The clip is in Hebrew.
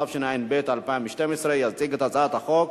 התשע"ב 2012. יציג את הצעת החוק